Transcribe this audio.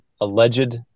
alleged